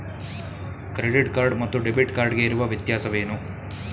Credit card ಮತ್ತು debit card ಗೆ ಇರುವ ವ್ಯತ್ಯಾಸವೇನು?